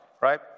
right